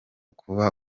kuba